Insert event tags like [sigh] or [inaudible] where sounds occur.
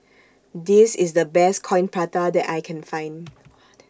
This IS The Best Coin Prata that I Can Find [noise]